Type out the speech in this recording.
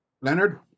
Leonard